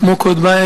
כמו קודמי,